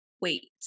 wait